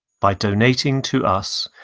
by donating to us,